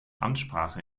amtssprache